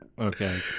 Okay